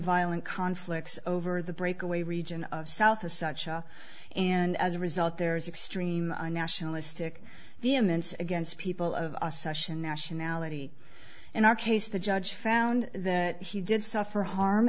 violent conflicts over the breakaway region of south a such a and as a result there is extreme a nationalistic the immense against people of a session nationality in our case the judge found that he did suffer harm